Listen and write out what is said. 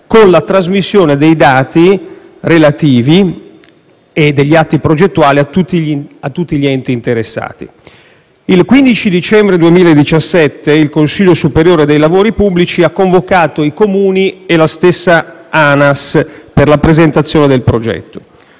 con la trasmissione dei relativi atti progettuali a tutti gli enti interessati. Il 15 dicembre 2017 il Consiglio superiore dei lavori pubblici ha convocato i Comuni e la stessa ANAS per la presentazione del progetto.